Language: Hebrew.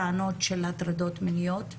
טענות של הטרדות מיניות,